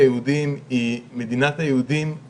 מדינת היהודים, היא